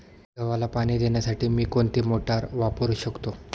गव्हाला पाणी देण्यासाठी मी कोणती मोटार वापरू शकतो?